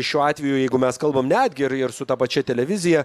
šiuo atveju jeigu mes kalbam netgi ir ir su ta pačia televizija